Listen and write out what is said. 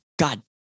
God